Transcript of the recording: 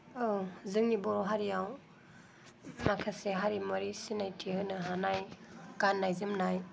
औ जोंनि बर' हारियाव माखासे हारिमुआरि सिनायथि होनो हानाय गाननाय जोमनाय